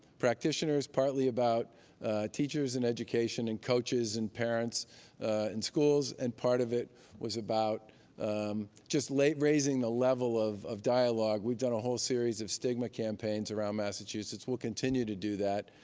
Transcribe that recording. practitioners, partly about teachers, and education, and coaches, and parents in schools. and part of it was about just raising the level of of dialogue. we've done a whole series of stigma campaigns around massachusetts. we'll continue to do that.